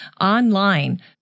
online